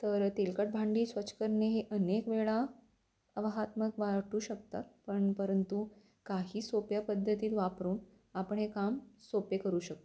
तर तेलकट भांडी स्वच्छ करणे हे अनेक वेळा आव्हानात्मक वाटू शकतात पण परंतु काही सोप्या पद्धतीत वापरून आपण हे काम सोपे करू शकतो